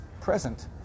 present